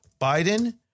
Biden